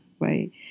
Right